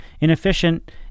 inefficient